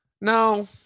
No